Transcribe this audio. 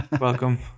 Welcome